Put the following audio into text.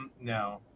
no